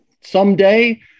someday